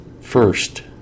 first